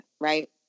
right